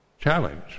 challenge